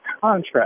contract